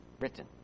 written